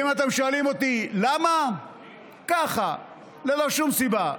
אם אתם שואלים אותי למה, ככה, ללא שום סיבה.